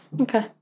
Okay